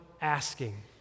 asking